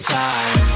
time